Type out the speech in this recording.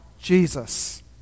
Jesus